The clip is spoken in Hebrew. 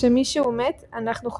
כשמישהו מת, אנחנו חוגגים,